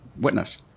witness